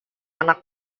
anak